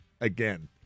again